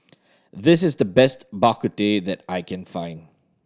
this is the best Bak Kut Teh that I can find